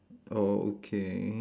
oh okay